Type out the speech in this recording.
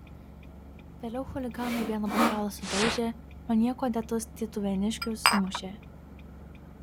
vėliau chuliganai vieną bokalą sudaužė o niekuo dėtus tytuvėniškius sumušė